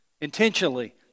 Intentionally